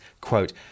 quote